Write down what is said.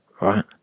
right